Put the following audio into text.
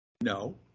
No